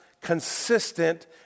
consistent